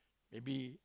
maybe